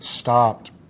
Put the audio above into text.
stopped